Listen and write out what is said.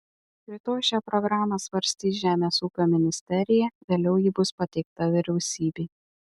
rytoj šią programą svarstys žemės ūkio ministerija vėliau ji bus pateikta vyriausybei